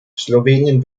slowenien